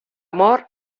mort